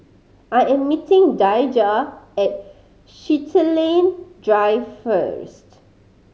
I am meeting Daijah at Chiltern Drive first